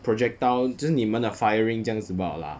projectile 就是你们的 firing 这样子罢了 lah